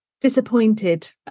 disappointed